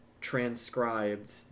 transcribed